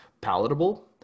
palatable